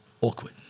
awkward